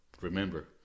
Remember